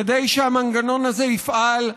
כדי שהמנגנון הזה יפעל,